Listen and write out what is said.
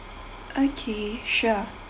okay sure